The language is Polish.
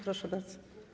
Proszę bardzo.